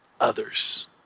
others